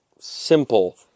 simple